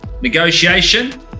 negotiation